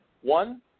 One